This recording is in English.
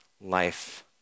life